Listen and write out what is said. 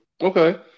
Okay